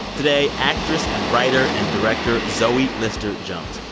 today, actress and writer and director zoe lister-jones.